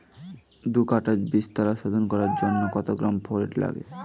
দু কাটা বীজতলা শোধন করার জন্য কত গ্রাম ফোরেট লাগে?